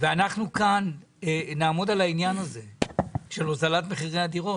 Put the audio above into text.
ואנחנו כאן נעמוד על העניין הזה של הוזלת מחירי הדירות.